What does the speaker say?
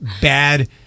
bad